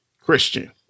Christian